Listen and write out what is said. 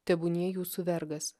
tebūnie jūsų vergas